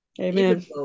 Amen